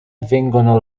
vengono